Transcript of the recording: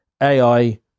AI